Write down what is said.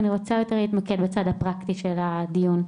ואני רוצה להתמקד בצד הפרקטי של הדיון.